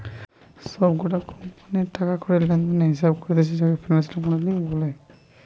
সব কটা কোম্পানির টাকা কড়ি লেনদেনের হিসেবে করতিছে যাকে ফিনান্সিয়াল মডেলিং বলে